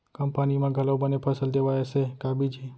कम पानी मा घलव बने फसल देवय ऐसे का बीज हे?